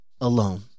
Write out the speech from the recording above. alone